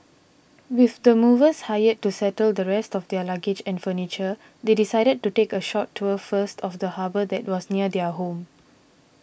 with the movers hired to settle the rest of their luggage and furniture they decided to take a short tour first of the harbour that was near their new home